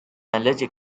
allergic